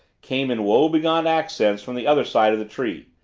came in woebegone accents from the other side of the tree.